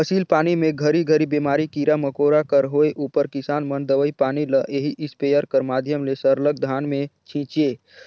फसिल पानी मे घरी घरी बेमारी, कीरा मकोरा कर होए उपर किसान मन दवई पानी ल एही इस्पेयर कर माध्यम ले सरलग धान मे छीचे